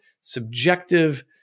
subjective